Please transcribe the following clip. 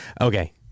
Okay